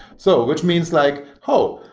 so which means like, oh!